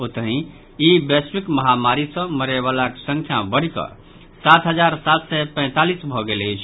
ओतहि ई वैश्विक महामारी सॅ मरयवलाक संख्या बढ़िकऽ सात हजार सात सय पैंतालीस भऽ गेल अछि